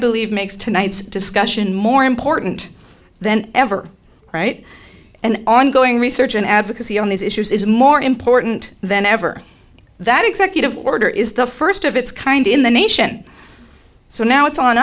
believe makes tonight's discussion more important than ever right and ongoing research and advocacy on these issues is more important than ever that executive order is the first of its kind in the nation so now it's on